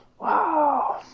Wow